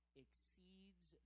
exceeds